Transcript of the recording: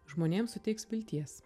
žmonėms suteiks vilties